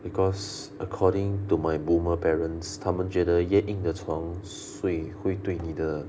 because according to my boomer parents 他们觉得越硬的床睡会对你的